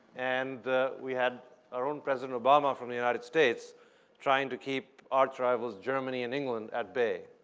and we had our own president obama from the united states trying to keep archrivals germany and england at bay.